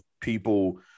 people